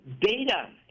data